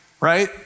right